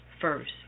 first